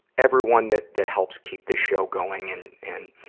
everyone that that helps keep this show going. and, and,